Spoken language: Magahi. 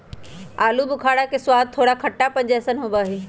आलू बुखारा के स्वाद थोड़ा खट्टापन जयसन होबा हई